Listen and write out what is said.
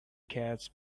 catch